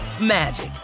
magic